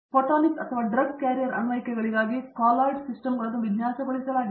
photonic ಅಥವಾ drug carrier ಅನ್ವಯಿಕೆಗಳಿಗಾಗಿ colloid ಸಿಸ್ಟಮ್ಗಳನ್ನು ವಿನ್ಯಾಸಗೊಳಿಸಲಾಗಿದೆ